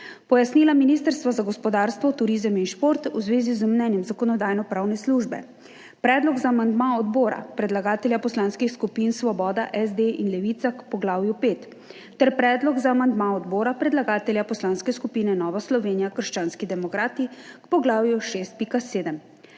pojasnila Ministrstva za gospodarstvo, turizem in šport v zvezi z mnenjem Zakonodajno-pravne službe, predlog za amandma odbora predlagatelja poslanskih skupin Svoboda, SD in Levica k poglavju pet ter predlog za amandma odbora predlagatelja Poslanske skupine Nova Slovenija – krščanski demokrati k poglavju 6.7.